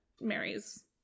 marries